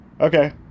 Okay